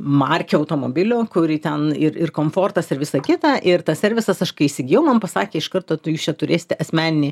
marke automobilio kurį ten ir ir komfortas ir visa kita ir tas servisas aš kai įsigijau man pasakė iš karto tai jūs čia turėsite asmeninį